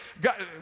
God